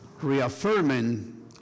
Reaffirming